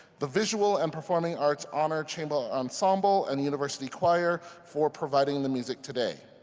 the visual and performing arts honor chamber ensemble and university choir for providing the music today.